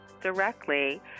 directly